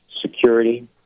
security